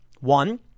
One